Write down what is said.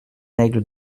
aigle